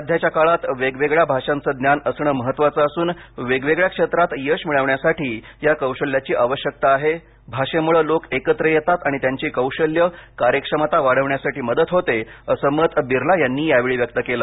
सध्याच्या काळात वेगवेगळ्या भाषाचं ज्ञान असणं महत्त्वाचं असून वेगवेगळ्या क्षेत्रात यश मिळवण्यासाठी या कौशल्याची आवशयकतय आहे भाषेमुळ लोक एकत्र येतात आणि त्यांची कौशल्य कार्यक्षमता वाढवण्यासाठी मदत होते असं मत बिर्ला यांनी या वेळी व्यक्त केलं